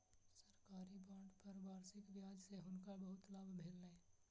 सरकारी बांड पर वार्षिक ब्याज सॅ हुनका बहुत लाभ भेलैन